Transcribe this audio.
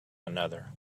another